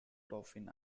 dauphin